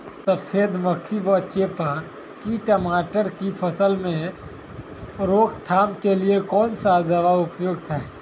सफेद मक्खी व चेपा की टमाटर की फसल में रोकथाम के लिए कौन सा दवा उपयुक्त है?